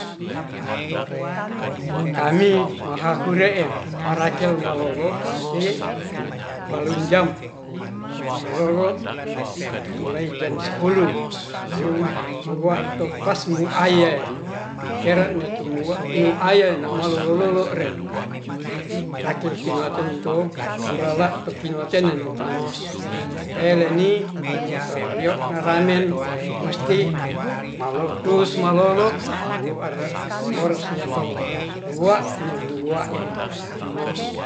Kami mahahureen marakel malolo musti wakunjam mallolo mulai jam sepuluh wuu mowa to pas muaie tera'ne tumua muaen na malolo-lolo reen rakel kinaten to mulala tukino tenen kami teleni torario naramen musti malotus malolo hu are orsneto waa nemu wa'e